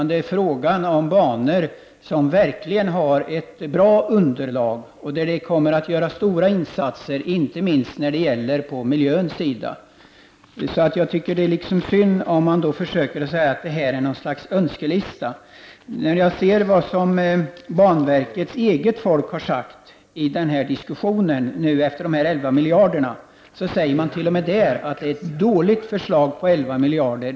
Det är fråga om banor som verkligen har ett bra underlag och som kan utgöra stora insatser inte minst på miljösidan. Det är synd om man försöker få denna lista att framstå som en önskelista. Jag har tagit del av vad banverkets eget folk har sagt i diskussionen om de 11 miljarder kronorna. T.o.m. där säger man att förslaget på 11 miljarder är dåligt.